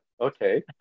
Okay